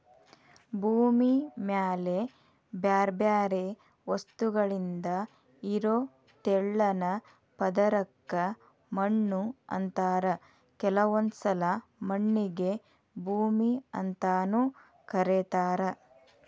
ಭೂಮಿ ಮ್ಯಾಲೆ ಬ್ಯಾರ್ಬ್ಯಾರೇ ವಸ್ತುಗಳಿಂದ ಇರೋ ತೆಳ್ಳನ ಪದರಕ್ಕ ಮಣ್ಣು ಅಂತಾರ ಕೆಲವೊಂದ್ಸಲ ಮಣ್ಣಿಗೆ ಭೂಮಿ ಅಂತಾನೂ ಕರೇತಾರ